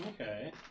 okay